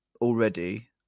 already